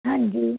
ਹਾਂਜੀ